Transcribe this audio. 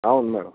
అవును మేడం